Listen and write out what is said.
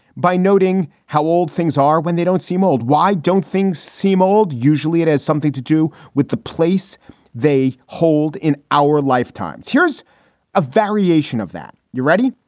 by noting how old things are when they don't seem old. why don't things seem old? usually it has something to do with the place they hold in our lifetimes. here's a variation of that. you're ready.